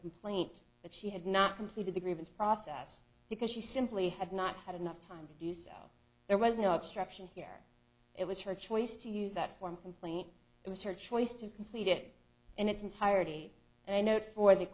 complaint that she had not completed the grievance process because she simply had not had enough time to do so there was no obstruction here it was her choice to use that form complaint it was her choice to complete it in its entirety and i note for the